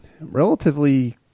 relatively